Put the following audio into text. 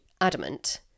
adamant